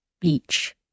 Beach